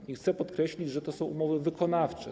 I chcę podkreślić, że to są umowy wykonawcze.